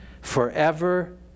forever